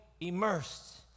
immersed